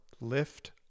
lift